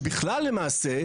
שבכלל למעשה,